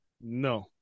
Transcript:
No